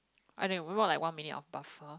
I don't know we bought like one minute of buffer